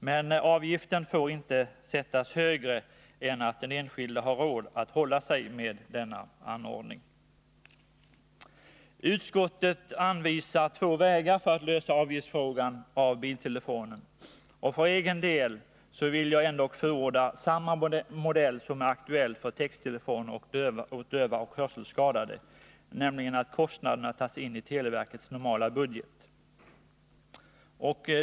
Men avgiften får inte sättas högre än att den enskilde har råd att hålla sig med denna anordning. Utskottet anvisar två vägar för att lösa frågan när det gäller biltelefon. För egen del vill jag ändock förorda samma modell som är aktuell för texttelefoner åt döva och hörselskadade, nämligen att kostnaderna tas in i televerkets normala budget.